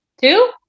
Two